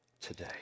today